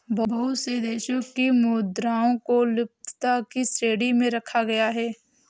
बहुत से देशों की मुद्राओं को लुप्तता की श्रेणी में रखा गया है